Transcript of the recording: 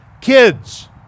Kids